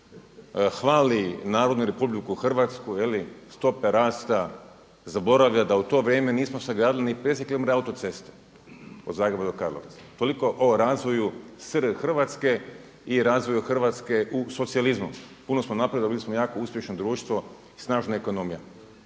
Hvali navodno Republiku Hrvatsku, je li, stope rasta. Zaboravlja da u to vrijeme nismo sagradili ni 50 km autoceste od Zagreba do Karlovca. Toliko o razvoju SR Hrvatske i razvoju Hrvatske u socijalizmu. Puno smo napravili, bili smo jako uspješno društvo, snažna ekonomija.